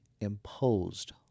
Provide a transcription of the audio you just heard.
imposed